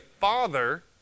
Father